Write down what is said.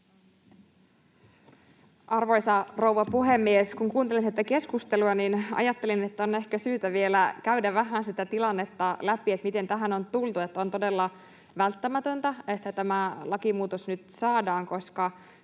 Arvoisa rouva puhemies! Kun kuuntelin tätä keskustelua, niin ajattelin, että on ehkä syytä vielä käydä vähän läpi sitä tilannetta, miten tähän on tultu. On todella välttämätöntä, että tämä lakimuutos nyt saadaan, koska